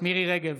מירי מרים רגב,